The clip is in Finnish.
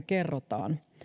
kerrotaan